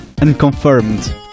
unconfirmed